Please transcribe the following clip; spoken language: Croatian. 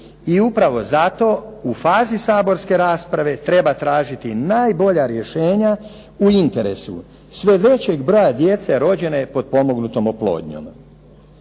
i upravo zato u fazi saborske rasprave treba tražiti najbolja rješenja u interesu sve većeg broja djece rođene potpomognutom oplodnjom.